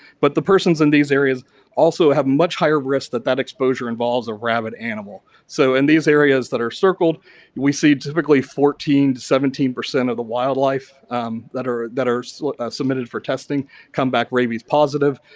but, the persons in these areas also have much higher risk that that exposure involves a rabid animal. so, in these areas that are circled we see typically fourteen percent to seventeen percent of the wildlife that are that are so submitted for testing come back rabies positive.